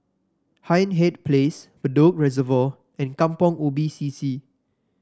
Hindhede Place Bedok Reservoir and Kampong Ubi C C